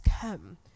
come